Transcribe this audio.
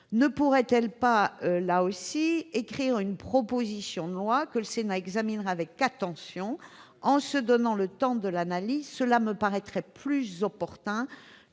Ne vaudrait-il pas mieux rédiger une proposition de loi, que le Sénat examinerait avec attention, en se donnant le temps de l'analyse ? Cela me paraîtrait plus opportun